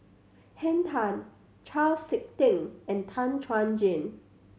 Henn Tan Chau Sik Ting and Tan Chuan Jin